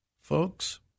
Folks